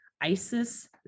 Isis